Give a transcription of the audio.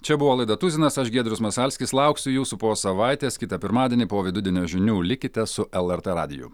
čia buvo laida tuzinas aš giedrius masalskis lauksiu jūsų po savaitės kitą pirmadienį po vidudienio žinių likite su lrt radiju